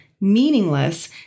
meaningless